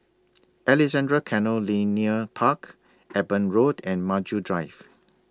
Alexandra Canal Linear Park Eben Road and Maju Drive